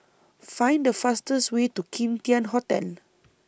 Find The fastest Way to Kim Tian Hotel